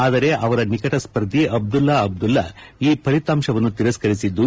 ಆದರೆ ಅವರ ನಿಕಟ ಸ್ಪರ್ಧಿ ಅಬ್ಲುಲ್ಲಾ ಅಬ್ಲುಲ್ಲಾ ಈ ಫಲಿತಾಂಶವನ್ನು ತಿರಸ್ತರಿಸಿದ್ದು